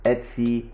Etsy